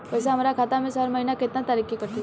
पैसा हमरा खाता से हर महीना केतना तारीक के कटी?